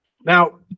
Now